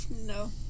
no